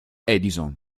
edison